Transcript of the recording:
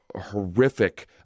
horrific